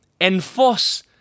enforce